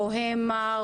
בוהמה,